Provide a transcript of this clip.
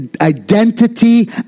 identity